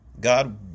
God